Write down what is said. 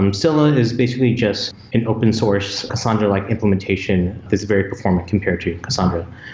um scylla is basically just an open source cassandra-like implementation that's very performant compared to cassandra.